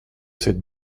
cette